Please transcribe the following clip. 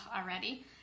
already